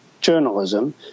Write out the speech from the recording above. journalism